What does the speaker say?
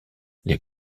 les